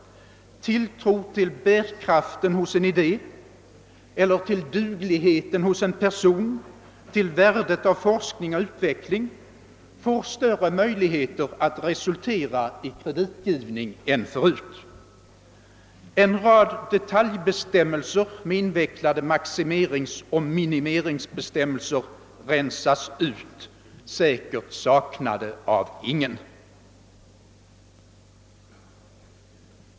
Tilltro till bärkraften hos en idé eller till dugligheten hos en person och tilltro till värdet av forskning och utveckling kan resultera i större möjligheter till kreditgivning än förut. En rad detaljbestämmelser med invecklade maximeringsoch minimeringsbestämmelser rensas ut, säkert saknade av ingen.